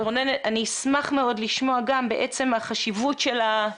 בדיון הקודם